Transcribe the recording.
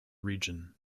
region